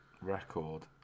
Record